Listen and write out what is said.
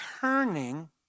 turning